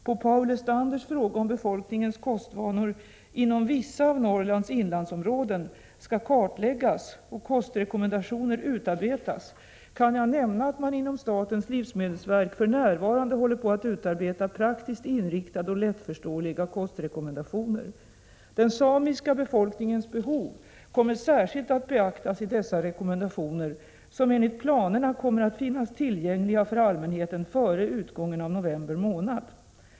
På Paul Lestanders fråga om befolkningens kostvanor inom vissa av Norrlands inlandsområden skall kartläggas och kostrekommendationer utarbetas kan jag nämna att man inom statens livsmedelsverk för närvarande håller på att utarbeta praktiskt inriktade och lättförståeliga kostrekommendationer. Den samiska befolkningens behov kommer särskilt att beaktas i dessa rekommendationer, som enligt planerna kommer att finnas tillgängliga för allmänheten före utgången av november månad.